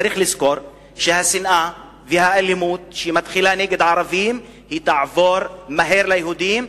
צריך לזכור שהשנאה והאלימות שמתחילה נגד ערבים תעבור מהר ליהודים,